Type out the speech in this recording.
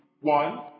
one